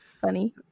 Funny